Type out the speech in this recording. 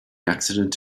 accident